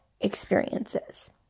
experiences